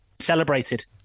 celebrated